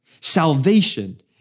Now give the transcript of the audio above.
Salvation